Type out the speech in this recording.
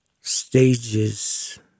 stages